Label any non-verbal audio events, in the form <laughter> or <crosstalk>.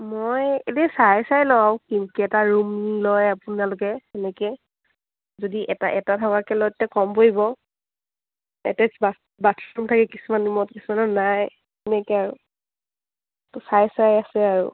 মই এনে চাই চাই লওঁ আৰু <unintelligible> কেইটা ৰুম লয় আপোনালোকে সেনেকৈ যদি এটা এটা ভাগৰকৈ লৈ তেতিয়া কম পৰিব এটাচ <unintelligible> বাথৰুম থাকে কিছুমান ৰুমত কিছুমানৰ নাই এনেকৈ আৰু ত' চাই চাই আছে আৰু